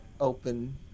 open